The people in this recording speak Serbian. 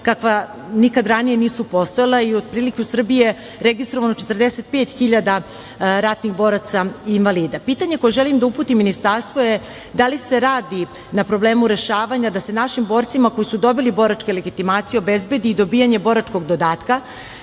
kakva nikada ranije nisu postojala. Otprilike u Srbiji je registrovano 45.000 ratnih boraca i invalida. Pitanje koje želim da uputim ministarstvu je – da li se radi na problemu rešavanja da se našim borcima koji su dobili boračke legitimacije obezbedi dobijanje boračkog dodatka,